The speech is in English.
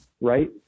right